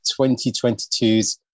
2022's